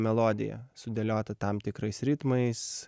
melodija sudėliota tam tikrais ritmais